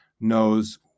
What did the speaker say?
knows